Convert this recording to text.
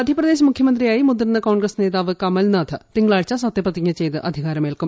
മധ്യപ്രദേശ് മുഖ്യമന്ത്രിയായി മുതിർന്നു ക്കോൺഗ്രസ് നേതാവ് കമൽനാഥ് തിങ്കളാഴ്ച സത്യപ്രതിജ്ഞ ചെയ്ത് അധികാരമേൽക്കും